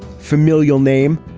familial name.